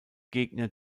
gegner